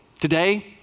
Today